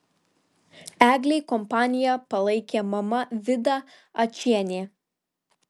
eglei kompaniją palaikė mama vida ačienė